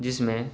جس میں